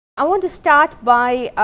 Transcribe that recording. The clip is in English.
i want to start by